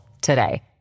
today